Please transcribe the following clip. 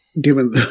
given